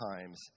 times